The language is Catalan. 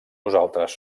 nosaltres